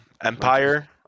Empire